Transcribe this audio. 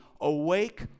Awake